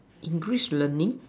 English learning